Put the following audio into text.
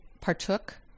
partook